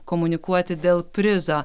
komunikuoti dėl prizo